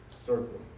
circle